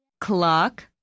Clock